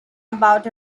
about